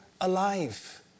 alive